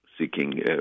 seeking